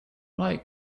like